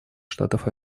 штатов